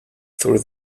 through